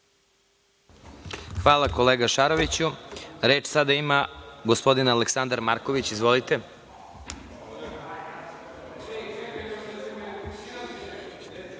Hvala, kolega Šaroviću. Reč sada ima gospodin Aleksandar Marković. Izvolite.